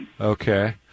okay